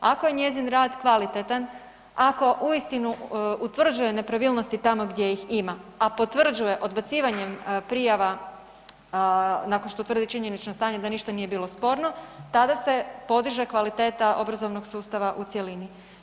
Ako je njezin rad kvalitetan, ako uistinu utvrđuje nepravilnosti tamo gdje ih ima, a potvrđuje odbacivanjem prijava nakon što utvrdi činjenično stanje da ništa nije bilo sporno, tada se podiže kvaliteta obrazovnog sustava u cjelini.